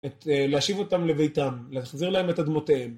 להשיב אותם לביתם, להחזיר להם את אדמותיהם.